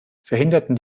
verhinderten